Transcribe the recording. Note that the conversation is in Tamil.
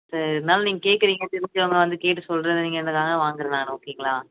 சரி இருந்தாலும் நீங்கள் கேட்குறீங்க தெரிஞ்சவங்க நான் வந்து கேட்டு சொல்கிறேன் நீங்கள் வாங்கிறேன் நான் ஓகேங்களா